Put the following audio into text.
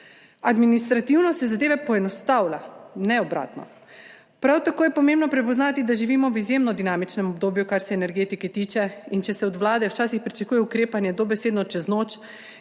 Administrativno se zadeve poenostavlja, ne obratno. Prav tako je pomembno prepoznati, da živimo v izjemno dinamičnem obdobju, kar se energetike tiče, in če se od vlade včasih pričakuje ukrepanje dobesedno čez noč